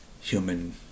human